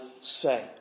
say